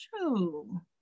True